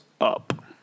Up